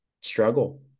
struggle